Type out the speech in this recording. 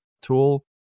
tool